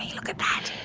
look at that!